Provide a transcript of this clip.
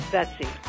Betsy